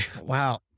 Wow